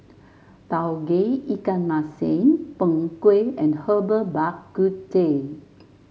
Tauge Ikan Masin Png Kueh and Herbal Bak Ku Teh